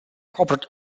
corporate